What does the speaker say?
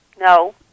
No